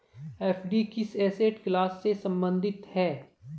FD किस asset class से संबंधित है?